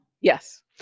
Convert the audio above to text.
Yes